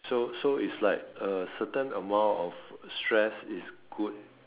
so so is like a certain amount of stress is good